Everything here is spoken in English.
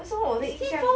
so 我的印象